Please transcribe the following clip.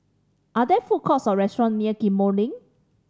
are there food courts or restaurants near Ghim Moh Link